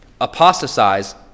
apostatize